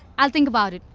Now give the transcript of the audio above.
i'll think about it.